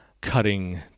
cutting